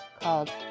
called